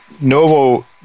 Novo